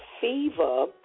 fever